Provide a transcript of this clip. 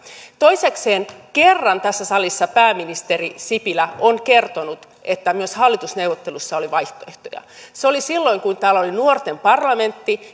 toisekseen kerran tässä salissa pääministeri sipilä on kertonut että myös hallitusneuvotteluissa oli vaihtoehtoja se oli silloin kun täällä oli nuorten parlamentti